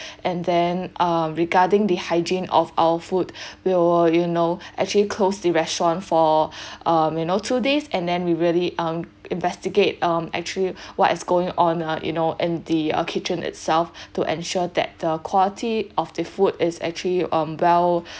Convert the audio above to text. and then um regarding the hygiene of our food we'll you know actually close the restaurant for um you know two days and then we really um investigate um actually what is going on uh you know in the uh kitchen itself to ensure that the quality of the food is actually um well